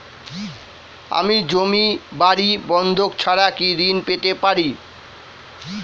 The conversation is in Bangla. আমি জমি বাড়ি বন্ধক ছাড়া কি ঋণ পেতে পারি?